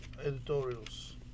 editorials